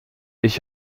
ich